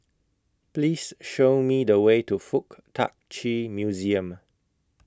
Please Show Me The Way to Fuk Tak Chi Museum